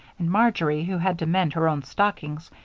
and marjory, who had to mend her own stockings,